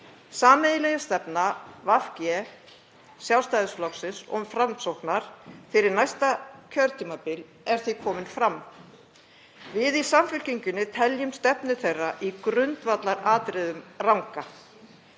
Sameiginlega stefna VG, Sjálfstæðisflokks og Framsóknar fyrir næsta kjörtímabil er því komin fram. Við í Samfylkingunni teljum stefnu þeirra í grundvallaratriðum ranga.